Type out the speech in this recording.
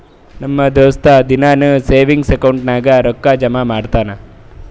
ನಮ್ ದೋಸ್ತ ದಿನಾನೂ ಸೇವಿಂಗ್ಸ್ ಅಕೌಂಟ್ ನಾಗ್ ರೊಕ್ಕಾ ಜಮಾ ಮಾಡ್ತಾನ